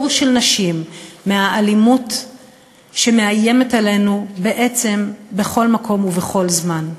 של נשים מהאלימות שמאיימת עלינו בעצם בכל מקום ובכל זמן,